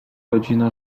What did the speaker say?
godzina